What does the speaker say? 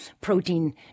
protein